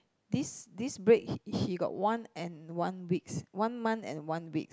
this this break he he got one and one weeks one month and one weeks